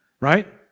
right